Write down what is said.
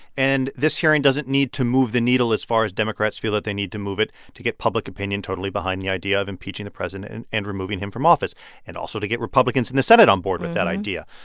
and this hearing doesn't need to move the needle as far as democrats feel that they need to move it to get public opinion totally behind the idea of impeaching the president and and removing him from office and, also, to get republicans in the senate on board with that idea.